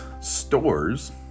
stores